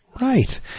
Right